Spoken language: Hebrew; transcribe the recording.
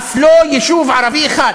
אף לא יישוב ערבי אחד.